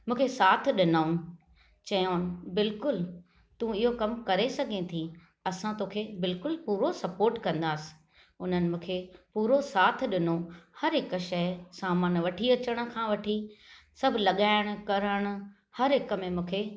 मूंखे साथ डि॒नऊं चयऊं बिल्कुलु तू इहो कमु करे सघे थी असां तोखे बिल्कुलु पूरो सपोर्ट कंदासि उन्हनि मूंखे पूरो साथ डि॒नो हर हिक शइ सामान वठी अचनि खां वठी सभ लॻाइण करण हर हिकु में मूंखे